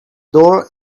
door